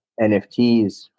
NFTs